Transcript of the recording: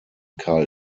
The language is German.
karl